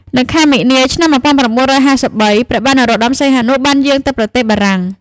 នៅខែមីនា ឆ្នាំ១៩៥៣ ព្រះបាទនរោត្តម សីហនុបានយាងទៅប្រទេសបារាំង។